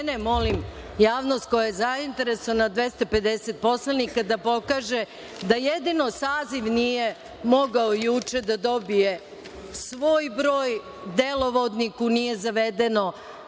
mene, molim javnost koja je zainteresovana, 250 poslanika da pokaže da jedino saziv nije mogao juče da dobije svoj broj, u delovdoniku nije zavedeno